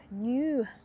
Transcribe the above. new